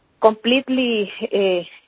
completely